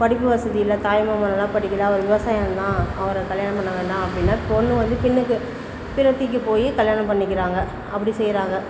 படிப்பு வசதி இல்லை தாய்மாமன் நல்லா படிக்கலை அவர் விவசாயந்தான் அவரை கல்யாணம் பண்ண வேண்டாம் அப்படின்னா பொண்ணு வந்து பின்னுக்கு பிறத்திக்கு போய் கல்யாணம் பண்ணிக்கிறாங்க அப்படி செய்கிறாங்க